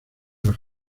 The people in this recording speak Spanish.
los